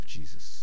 Jesus